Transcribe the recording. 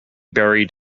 buried